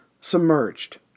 submerged